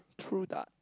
true that